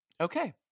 Okay